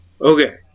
Okay